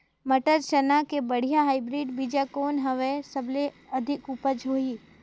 मटर, चना के बढ़िया हाईब्रिड बीजा कौन हवय? सबले अधिक उपज होही?